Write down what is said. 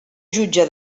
jutge